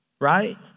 right